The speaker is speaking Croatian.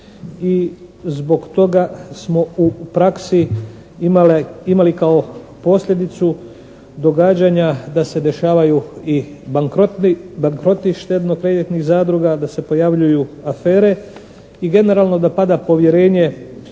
zbog toga smo u praksi imali kao posljedicu događanja da se dešavaju i bankroti štedno-kreditnih zadruga, da se pojavljuju afere i generalno da pada povjerenje